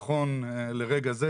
נכון לרגע זה,